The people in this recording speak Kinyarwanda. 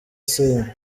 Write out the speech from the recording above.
same